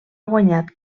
guanyat